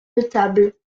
notables